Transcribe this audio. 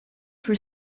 for